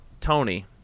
Tony